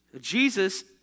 Jesus